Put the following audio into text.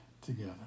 together